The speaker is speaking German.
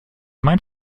mein